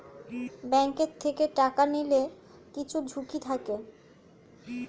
bank থেকে টাকা নিলে কিছু ঝুঁকি থাকে